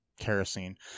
kerosene